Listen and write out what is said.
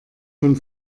von